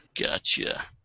Gotcha